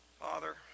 Father